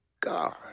God